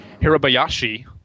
Hirabayashi